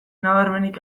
nabarmenik